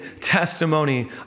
testimony